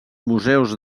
museus